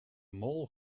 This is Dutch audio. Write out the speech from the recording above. mol